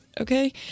okay